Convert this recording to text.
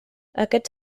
aquest